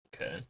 Okay